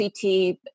CT